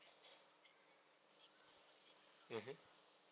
mmhmm